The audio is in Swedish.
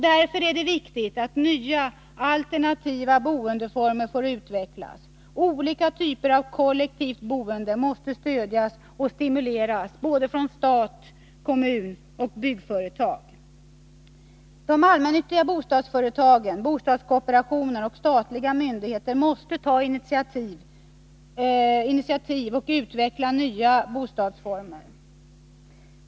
Därför är det viktigt att nya, alternativa boendeformer får utvecklas. Olika typer av kollektivt boende måste stödjas och stimuleras såväl från stat och kommun som från byggföretag. De allmännyttiga bostadsföretagen, bostadskooperationen och statliga myndigheter måste ta initiativ och utveckla nya bostadsformer.